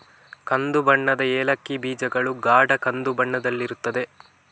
ಕಂದು ಬಣ್ಣದ ಏಲಕ್ಕಿ ಬೀಜಗಳು ಗಾಢ ಕಂದು ಬಣ್ಣದಲ್ಲಿರುತ್ತವೆ